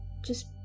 Just-